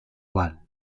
val